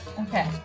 Okay